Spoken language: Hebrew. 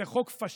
זה חוק פשיסטי,